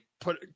put